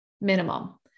minimum